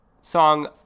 song